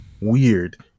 weird